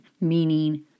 meaning